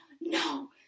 No